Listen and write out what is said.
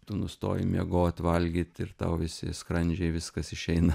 tu nustoji miegot valgyt ir tau visi skrandžiai viskas išeina